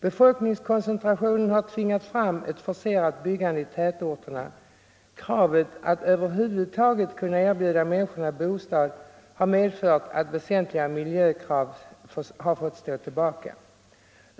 Befolkningskoncentrationen har tvingat fram ett forcerat byggande i tätorterna. Kravet att över huvud taget kunna erbjuda människorna bostad har medfört att väsentliga miljökrav har fått stå tillbaka.